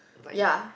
ya